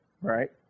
right